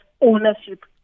ownership